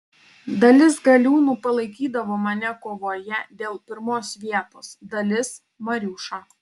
dalis galiūnų palaikydavo mane kovoje dėl pirmos vietos dalis mariušą